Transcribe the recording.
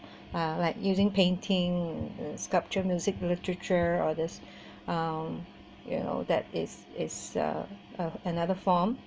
uh like using painting and sculpture music literature all these um you know that is is uh another form